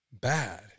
bad